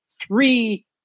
three